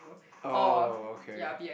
oh okay